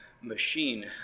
machine